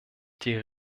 die